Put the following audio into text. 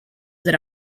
that